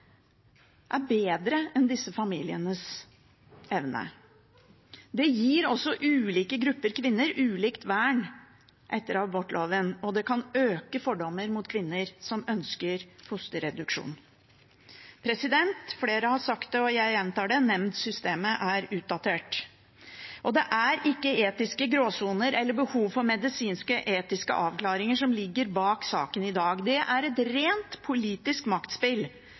er bedre enn familiens evne. Det gir også ulike grupper kvinner ulikt vern etter abortloven, og det kan øke fordommen mot kvinner som ønsker fosterreduksjon. Flere har sagt det, og jeg gjentar det: Nemndsystemet er utdatert. Det er ikke etiske gråsoner eller behov for medisinske eller etiske avklaringer som ligger bak saken i dag. Det er et rent politisk maktspill,